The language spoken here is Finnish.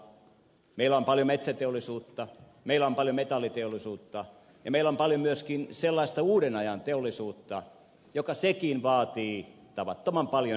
meillä on paljon metsäteollisuutta meillä on paljon metalliteollisuutta ja meillä on paljon myöskin sellaista uuden ajan teollisuutta joka sekin vaatii tavattoman paljon energiaa